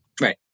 Right